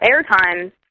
airtime